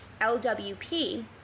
LWP